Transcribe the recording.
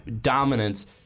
dominance